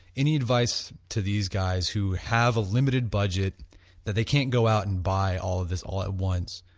any advice to these guys who have a limited budget that they can't go out and buy all of this all at once.